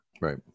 Right